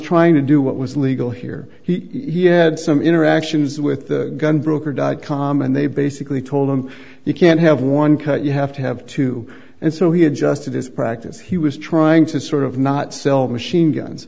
trying to do what was legal here he had some interactions with the gun broker dot com and they basically told him you can't have one cut you have to have two and so he adjusted his practice he was trying to sort of not sell machine guns